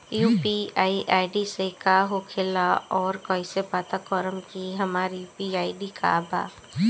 UPI ID का होखेला और कईसे पता करम की हमार यू.पी.आई आई.डी का बा?